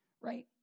right